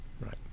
Right